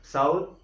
South